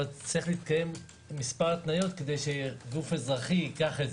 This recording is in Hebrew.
אבל צריכות להתקיים מספר התניות כדי שגוף אזרחי ייקח את זה.